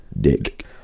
Dick